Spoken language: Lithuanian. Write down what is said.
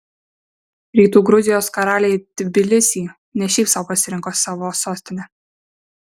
rytų gruzijos karaliai tbilisį ne šiaip sau pasirinko savo sostine